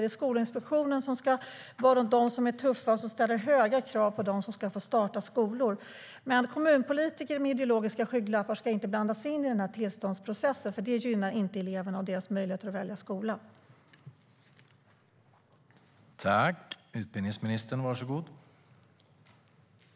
Det är Skolinspektionen som ska vara den som är tuff och som ställer höga krav på dem som ska få starta skolor. Men kommunpolitiker med ideologiska skygglappar ska inte blandas in i den här tillståndsprocessen, för det gynnar inte eleverna och deras möjligheter att välja skola.